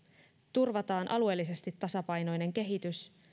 turvataan alueellisesti tasapainoinen kehitys